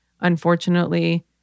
unfortunately